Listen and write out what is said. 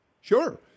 Sure